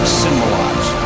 symbolize